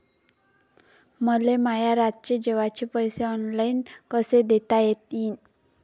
मले माया रातचे जेवाचे पैसे ऑनलाईन कसे देता येईन?